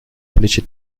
плечи